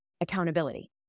accountability